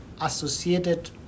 associated